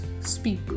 speak